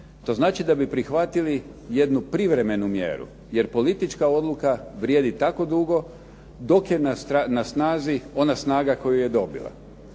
to znači da bi prihvatili jednu privremenu mjeru, jer politička odluka vrijedi tako dugo dok je na snazi ona snaga koju je dobila.